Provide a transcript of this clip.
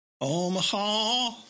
Omaha